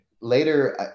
Later